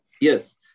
Yes